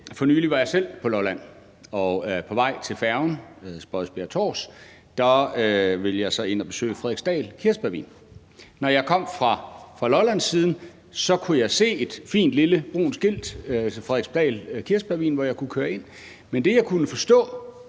For nylig var jeg selv på Lolland, og på vej til færgen, Spodsbjerg-Tårs, ville jeg så ind at besøge Frederiksdal Kirsebærvin. Når jeg kom fra Lollandssiden, kunne jeg se et fint, lille brunt skilt til Frederiksdal Kirsebærvin der, hvor jeg kunne køre ind. Men det, jeg kunne forstå,